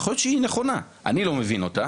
יכול להיות שהיא נכונה, אני לא מבין אותה.